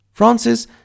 Francis